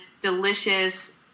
delicious